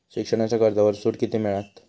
शिक्षणाच्या कर्जावर सूट किती मिळात?